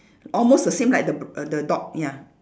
almost the same like the br~ the dog ya